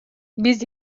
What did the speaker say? biz